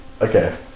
Okay